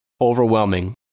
overwhelming